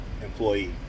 employee